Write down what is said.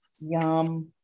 Yum